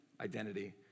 Identity